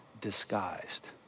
disguised